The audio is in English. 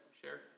share